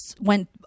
Went